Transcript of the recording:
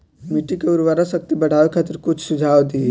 मिट्टी के उर्वरा शक्ति बढ़ावे खातिर कुछ सुझाव दी?